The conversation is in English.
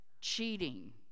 cheating